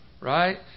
right